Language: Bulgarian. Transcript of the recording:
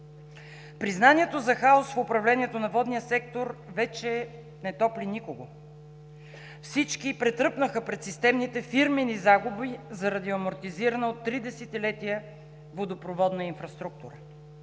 Признанието за хаос в управлението на водния сектор вече не топли никого. Всички претръпнаха пред системните фирмени загуби заради амортизирана от три десетилетия водопроводна инфраструктура.